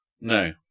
No